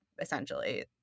essentially